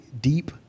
deep